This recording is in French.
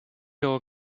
leurs